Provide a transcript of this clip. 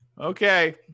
Okay